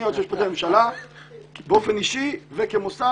אני היועץ המשפטי לממשלה באופן אישי וכמוסד